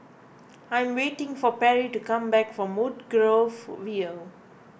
I am waiting for Perry to come back from Woodgrove View